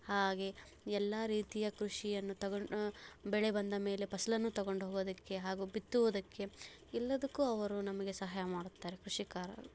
ಹಾಗೇ ಎಲ್ಲ ರೀತಿಯ ಕೃಷಿಯನ್ನು ತಗೊಂಡು ಬೆಳೆ ಬಂದ ಮೇಲೆ ಫಸಲನ್ನು ತಗೊಂಡೋಗೋದಕ್ಕೆ ಹಾಗೂ ಬಿತ್ತುವುದಕ್ಕೆ ಎಲ್ಲದಕ್ಕೂ ಅವರು ನಮಗೆ ಸಹಾಯ ಮಾಡುತ್ತಾರೆ ಕೃಷಿ ಕಾರ್ಮಿ